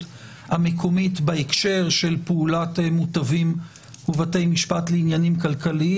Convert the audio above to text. המקומית בהקשר של פעולת מוטבים ובתי משפט לעניינים כלכליים.